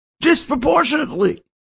Disproportionately